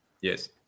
Yes